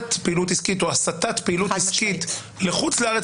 למניעת פעילות עסקית או הסטת פעילות עסקית לחוץ לארץ